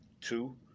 Two